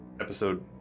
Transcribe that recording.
Episode